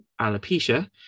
alopecia